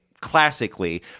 classically